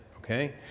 okay